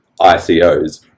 ICOs